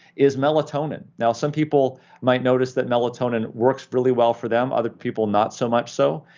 is melatonin. now some people might notice that melatonin works really well for them, other people not so much so,